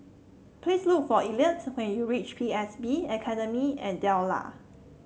please look for Elliott when you reach P S B Academy at Delta